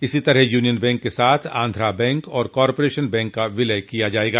इसी तरह Union Bank के साथ आन्ध्रा बैंक और कारपोरेशन बैंक का विलय किया जायेगा